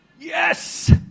yes